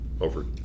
over